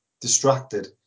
distracted